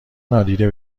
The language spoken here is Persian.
نادیده